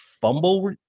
fumble